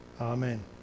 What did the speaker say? Amen